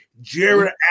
Jared